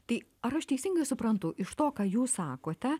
tai ar aš teisingai suprantu iš to ką jūs sakote